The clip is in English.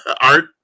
art